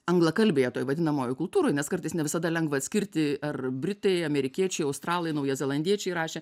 anglakalbėje toj vadinamojoj kultūroj nes kartais ne visada lengva atskirti ar britai amerikiečiai australai naujazelandiečiai rašė